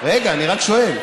רגע, אני רק שואל.